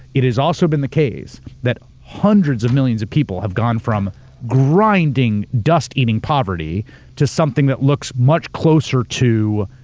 it has also been the case that hundreds of millions of people have gone from grinding, dust eating poverty to something that looks much closer to,